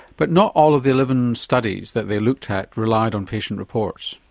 but not all of the eleven studies that they looked at relied on patient reports.